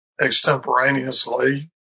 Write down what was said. extemporaneously